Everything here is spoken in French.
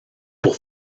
pour